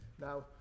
Now